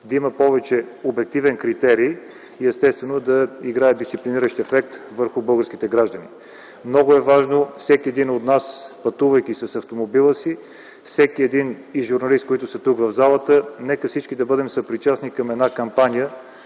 да има повече обективни критерии, които да играят дисциплиниращ ефект върху българските граждани. Много е важно всеки от нас, пътувайки с автомобила си, всеки журналист, който е тук в залата – нека всички да бъдем съпричастни към една кампания